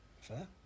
Fair